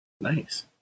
Nice